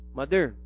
mother